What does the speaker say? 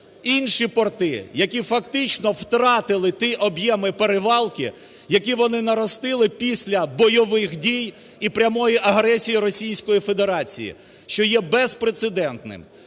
інші порти, які фактично втратили ті об'єми перевалки, які вони наростили після бойових дій і прямої агресії Російської Федерації, що є безпрецедентним.